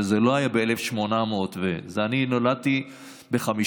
וזה לא היה ב-1800, אני נולדתי ב-1956.